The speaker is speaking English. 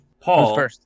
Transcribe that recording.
Paul